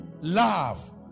love